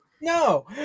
No